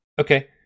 Okay